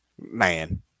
man